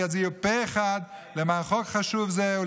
ויצביעו פה אחד למען חוק חשוב זה,